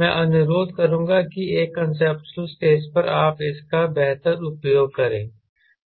मैं अनुरोध करूंगा कि एक कांसेप्चुअल स्टेज पर आप इसका बेहतर उपयोग करें